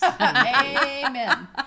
Amen